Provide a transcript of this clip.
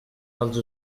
els